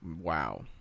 Wow